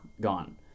gone